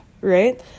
right